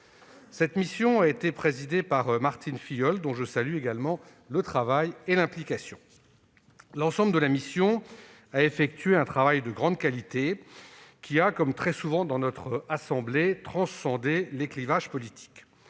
Cette mission a été présidée par Martine Filleul, dont je salue également le travail et l'implication. L'ensemble de la mission a effectué un travail de grande qualité qui a, comme très souvent dans notre assemblée, transcendé les clivages politiques.